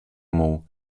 muł